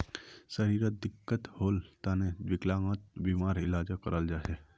शरीरत दिक्कत होल तने विकलांगता बीमार इलाजो कराल जा छेक